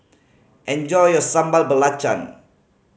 enjoy your Sambal Belacan